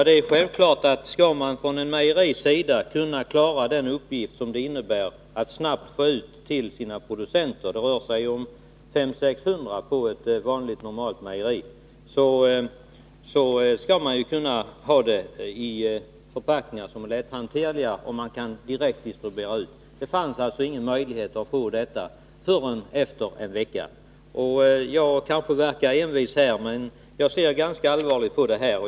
Herr talman! Skall ett mejeri kunna klara uppgiften att snabbt få ut desinfektionsmedlen till sina producenter — det rör sig om 500-600 på ett normalt mejeri — måste de finnas i förpackningar som är lätthanterliga och som man kan distribuera direkt. Det fanns alltså inga möjligheter att få dessa medel förrän efter en vecka. Jag kanske verkar envis, men jag ser ganska allvarligt på detta.